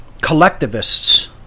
collectivists